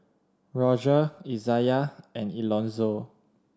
Roger Izayah and Elonzo